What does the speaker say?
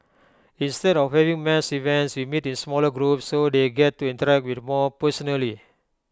instead of having mass events we meet in smaller groups so they get to interact with more personally